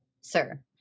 Sir